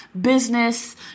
business